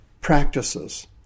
practices